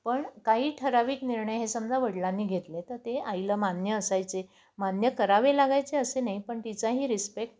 पण काही ठराविक निर्णय हे समजा वडिलांनी घेतले तर ते आईला मान्य असायचे मान्य करावे लागायचे असे नाही पण तिचाही रिस्पेक्ट